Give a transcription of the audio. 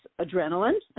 adrenaline